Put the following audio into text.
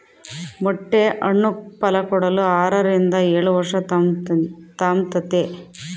ಮೊಟ್ಟೆ ಹಣ್ಣು ಫಲಕೊಡಲು ಆರರಿಂದ ಏಳುವರ್ಷ ತಾಂಬ್ತತೆ